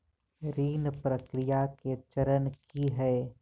ऋण प्रक्रिया केँ चरण की है?